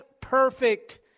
perfect